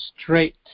straight